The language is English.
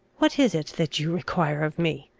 what is it that you require of me?